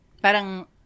Parang